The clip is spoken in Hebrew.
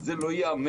זה לא יאמן,